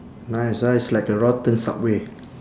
nice ah it's like a rotten subway